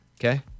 Okay